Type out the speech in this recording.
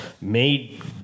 made